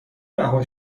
رها